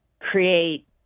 create